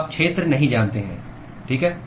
आप क्षेत्र नहीं जानते हैं ठीक है